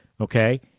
Okay